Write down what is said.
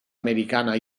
americana